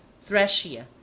Thracia